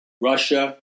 Russia